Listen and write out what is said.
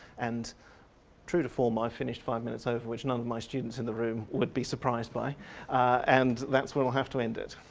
and true to form, i've finished five minutes over which none of my students in the room would be surprised by and that's where i'll have to end it.